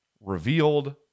revealed